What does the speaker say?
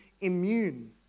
immune